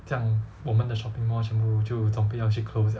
这样我们的 shopping mall 全部就准备要去 close 了